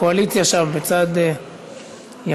הקואליציה שם בצד ימין.